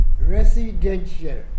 residential